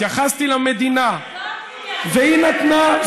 התייחסתי למדינה, והיא נתנה.